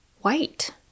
white